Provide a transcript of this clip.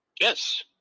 Yes